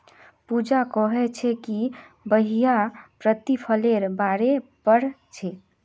पूजा कोहछे कि वहियं प्रतिफलेर बारे पढ़ छे